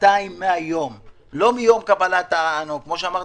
שנתיים מהיום ולא מיום קבלת כמו שאמרתם,